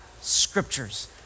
Scriptures